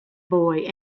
boy